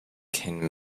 can